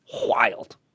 Wild